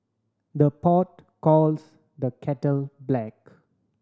the pot calls the kettle black